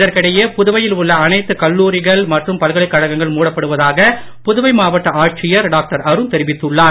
இதற்கிடையே புதுவையில் உள்ள அனைத்து கல்லூரிகள் மற்றும் பல்கலைக் கழகங்கள் மூடப்படுவதாக புதுவை மாவட்ட ஆட்சியர் டாக்டர் அருண் தெரிவித்துள்ளார்